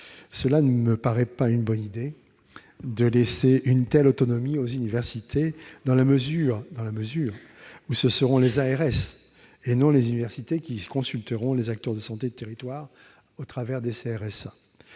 Cela ne me paraît pas une bonne idée de laisser une telle autonomie aux universités, dans la mesure où ce seront les ARS, et non les universités, qui consulteront les acteurs de santé du territoire au travers des CRSA.